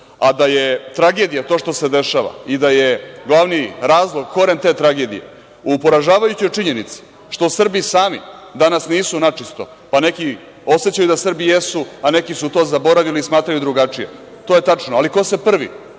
da je tragedija to što se dešava i da je glavni razlog, koren te tragedije, u poražavajućoj činjenici što Srbi sami danas nisu načisto, pa neki osećaju da Srbi jesu, a neki su to zaboravili i smatraju drugačije. To je tačno. Ali, ko se prvi